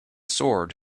sword